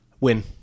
Win